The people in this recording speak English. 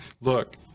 look